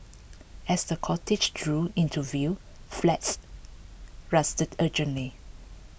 as the cortege drew into view flags rustled urgently